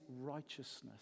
righteousness